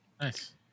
nice